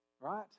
Right